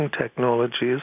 technologies